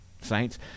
Saints